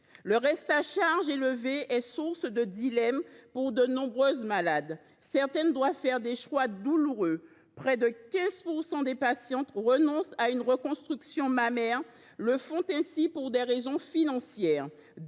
Le reste à charge élevé est source de dilemmes pour de nombreuses malades. Certaines doivent faire des choix douloureux : près de 15 % des patientes qui renoncent à une reconstruction mammaire le font pour des raisons financières